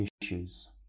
issues